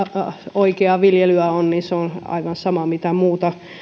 oikeaa viljelyä on niin se on aivan sama mitä muuta